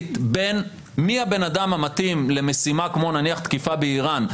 להחליט מי הבן-אדם המתאים למשימה כמו נניח תקיפה באיראן,